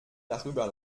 darüber